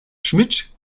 schmidt